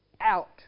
out